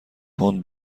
پوند